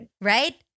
right